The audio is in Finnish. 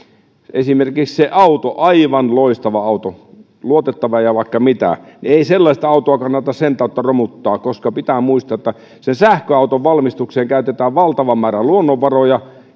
esimerkiksi se auto on aivan loistava auto luotettava ja vaikka mitä ei kannata sen tautta romuttaa koska pitää muistaa että sen sähköauton valmistukseen käytetään valtava määrä luonnonvaroja